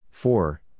Four